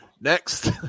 next